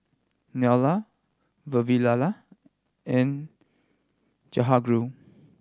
Neila Vavilala and Jehangirr